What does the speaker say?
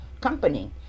company